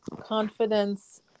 confidence